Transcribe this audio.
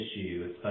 issue